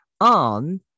on